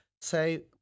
say